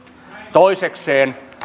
toisekseen